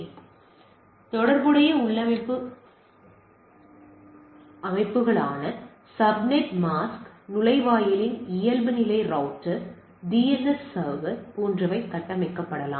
எனவே தொடர்புடைய உள்ளமைவு அமைப்புகளான சப்நெட் மாஸ்க் நுழைவாயிலின் இயல்புநிலை ரௌட்டர் டிஎன்எஸ் சர்வர் போன்றவை கட்டமைக்கப்படலாம்